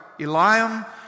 Eliam